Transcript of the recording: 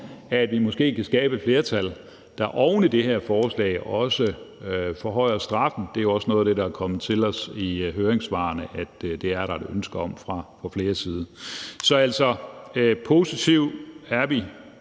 at vi måske kan skabe et flertal, der oven i det her forslag også forhøjer straffen. Det er også noget af det, der er kommet til os i høringssvarene, altså at der er et ønske om det fra fleres side. Så vi er